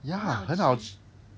ya 很好吃